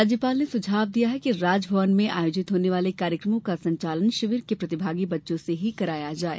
राज्यपाल ने सुझाव दिया कि राजभवन में आयोजित होने वाले कार्यक्रमों का संचालन शिविर के प्रतिभागी बच्चों से ही कराया जाये